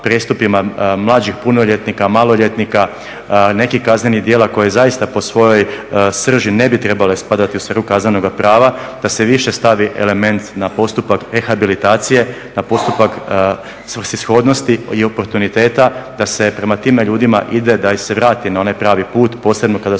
mlađih punoljetnika, maloljetnika, nekih kaznenih djela koji zaista po svojoj srži ne bi trebale spadati u sferu kaznenoga prava, da se više stavi element na postupak rehabilitacije, na postupak svrsishodnosti i oportuniteta, da se prema tim ljudima ide, da ih se vrati na onaj pravi put, posebno kada su